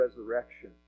resurrection